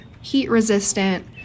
heat-resistant